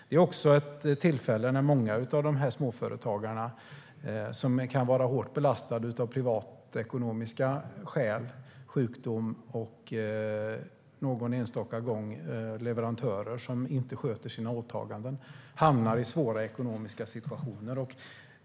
Det är också ett tillfälle när många av småföretagarna, som kan vara hårt belastade av privatekonomiska skäl som sjukdom och någon enstaka gång leverantörer som inte sköter sina åtaganden, hamnar i svåra ekonomiska situationer.